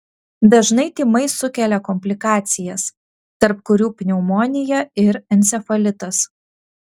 dažnai tymai sukelia komplikacijas tarp kurių pneumonija ir encefalitas